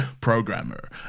Programmer